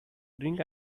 drink